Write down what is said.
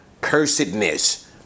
cursedness